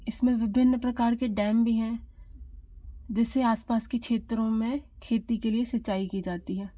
इसमें विभिन्न प्रकार के डैम भी हैं जिससे आसपास की क्षेत्रों में खेती के लिए सिंचाई की जाती हैं